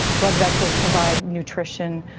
blood vessels provide nutrition,